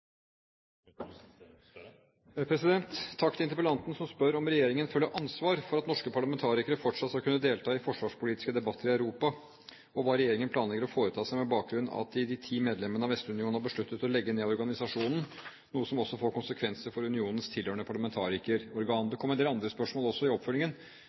Takk til interpellanten som spør om regjeringen føler ansvar for at norske parlamentarikere fortsatt skal kunne delta i forsvarspolitiske debatter i Europa, og hva regjeringen planlegger å foreta seg med bakgrunn i at de ti medlemmene av Vestunionen har besluttet å legge ned organisasjonen, noe som også får konsekvenser for unionens tilhørende parlamentarikerorgan. Det kom en del andre spørsmål også i oppfølgingen,